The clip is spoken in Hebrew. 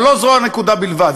אבל לא זו הנקודה בלבד.